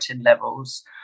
levels